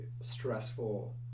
stressful